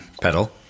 pedal